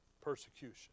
persecution